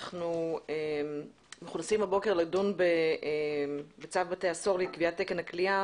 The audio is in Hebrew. אנחנו רוצים הבוקר לדון בצו בתי הסוהר לקביעת תקן הכליאה